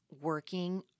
working